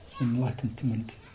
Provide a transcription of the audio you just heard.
enlightenment